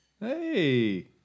Hey